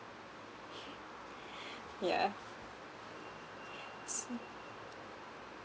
yeah